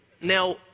now